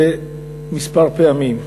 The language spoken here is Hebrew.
זה כמה פעמים.